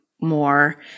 more